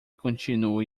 continue